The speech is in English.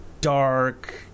dark